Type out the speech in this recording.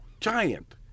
Giant